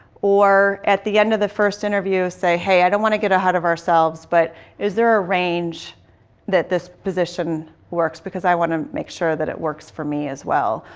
or at the end of the first interview say, hey, i don't want to get ahead of ourselves, but is there a range that this position works because i want to make sure that it works for me as well.